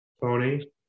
Tony